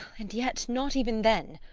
and yet not even then!